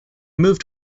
moved